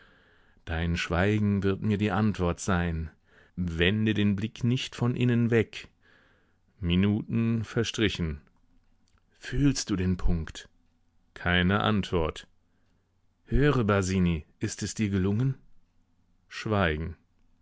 dein schweigen wird mir die antwort sein wende den blick nicht von innen weg minuten verstrichen fühlst du den punkt keine antwort höre basini ist es dir gelungen schweigen